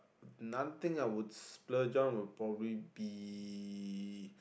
another thing I would splurge on will probably be